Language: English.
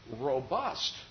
robust